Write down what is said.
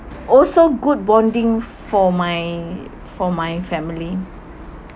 also good bonding for my for my family